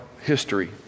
history